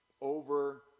over